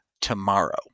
tomorrow